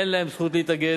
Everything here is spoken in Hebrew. אין להם זכות להתאגד,